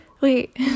wait